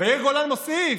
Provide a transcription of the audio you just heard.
ויאיר גולן מוסיף: